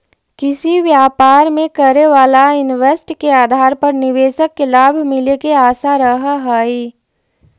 किसी व्यापार में करे वाला इन्वेस्ट के आधार पर निवेशक के लाभ मिले के आशा रहऽ हई